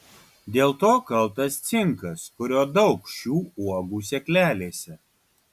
dėl to kaltas cinkas kurio daug šių uogų sėklelėse